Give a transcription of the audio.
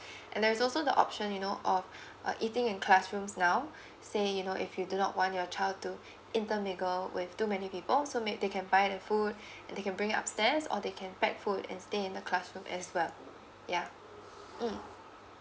and there's also the option you know of uh eating in classrooms now say you know if you do not want your child to intermingle with too many people so maybe they can buy the food and they can bring it upstairs or they can pack food and stay in the classroom as well ya mm